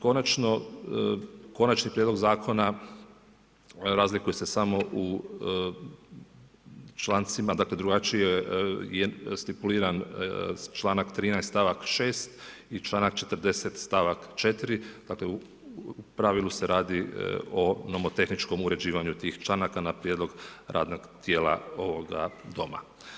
Konačni prijedlog zakona razlikuje se samo u člancima, dakle drugačiji je stipuliran članak 13. stavak 6. i članak 40. stavak 4. dakle u pravilu se radi o nomotehničkom uređivanju tih članaka na prijedlog radnog tijela ovoga Doma.